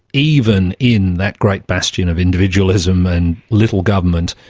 even in that great bastion of individualism and little government,